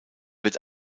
wird